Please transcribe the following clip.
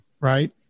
Right